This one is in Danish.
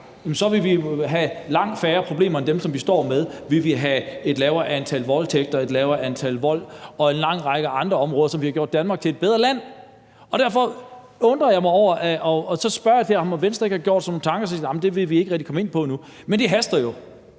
jo have haft langt færre problemer, end vi står med. Vi ville have et lavere antal voldtægter, et lavere antal tilfælde af vold, og der ville være en lang række andre områder, og det ville have gjort Danmark til et bedre land. Derfor undrer jeg mig over det. Så spørger jeg, om Venstre ikke har gjort sig nogle tanker, og så siger man, at det vil man ikke rigtig komme ind på nu. Men det haster jo.